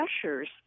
pressures